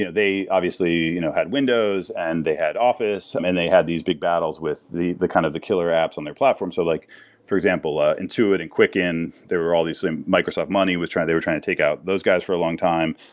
yeah they obviously you know had windows and they had office um and they had these big battles with the the kind of the killer apps in their platforms. so like for example, ah intuit and quicken, there were all these microsoft money they were trying to take out those guys for a long time.